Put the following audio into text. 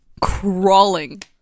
crawling